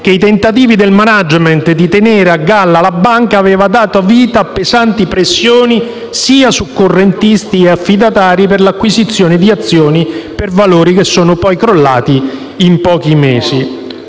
che i tentativi del *management* di tenere a galla la banca aveva dato vita a pesanti pressioni su correntisti e affidatari per l'acquisizione di azioni per valori che sono poi crollati in pochi mesi.